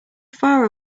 far